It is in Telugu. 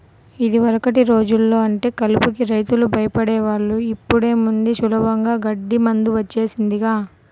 యిదివరకటి రోజుల్లో అంటే కలుపుకి రైతులు భయపడే వాళ్ళు, ఇప్పుడేముంది సులభంగా గడ్డి మందు వచ్చేసిందిగా